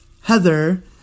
Heather